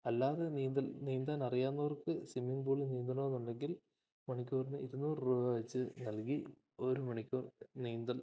അല്ലാതെ നീന്തൽ നീന്താൻ അറിയാവുന്നവർക്ക് സ്വിമ്മിങ് പൂളിൽ നീന്തണമെന്നുണ്ടെങ്കിൽ മണിക്കൂറിന് ഇരുന്നൂറ് രൂപ വച്ച് നൽകി ഒരു മണിക്കൂർ നീന്തൽ